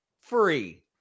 Free